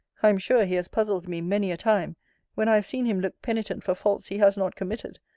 i am sure, he has puzzled me many a time when i have seen him look penitent for faults he has not committed,